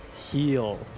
heal